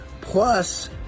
Plus